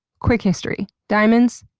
quick history. diamonds.